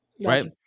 right